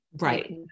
right